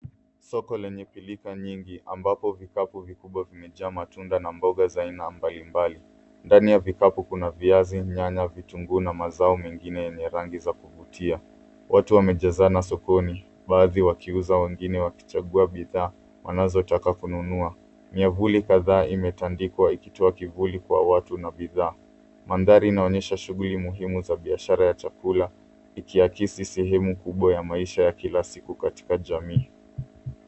Soko lenye pilka nyingi ambapo ambapo vikapu vikubwa vimejaa matunda na mboga za ina mbalimbali. Ndani ya vikapu kuna viazi, nyanya, vitunguu na mazao mengine yenye rangi za kuvutia. Watu wamejazana sokoni, baadhi wakiuza wengine wakichagua bidhaa, wanazo taka kununua. Miavuli kadhaa imetandikwa ikitoa kivuli kwa watu na bidhaa. Manthari inaonyesha shughuli muhimu za biashara ya chakula, ikiakisi sehemu kubwa ya maisha ya kila siku katika jamii.